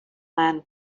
man